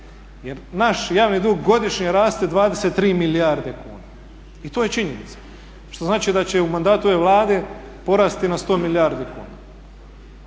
jer naš javni dug godišnje raste 23 milijarde kuna i to je činjenica što znači da će u mandatu ove Vlade porasti na 100 milijardi kuna